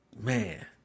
man